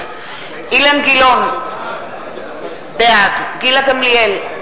אילן גילאון, בעד גילה גמליאל,